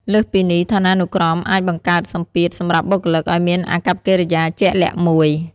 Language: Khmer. លើសពីនេះ ឋានានុក្រមអាចបង្កើតសម្ពាធសម្រាប់បុគ្គលិកឱ្យមានអាកប្បកិរិយាជាក់លាក់មួយ។